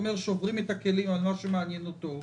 היה פה שר האוצר ודיבר על העניין הזה.